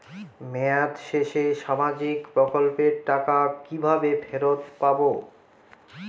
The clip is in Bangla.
মেয়াদ শেষে সামাজিক প্রকল্পের টাকা কিভাবে ফেরত পাবো?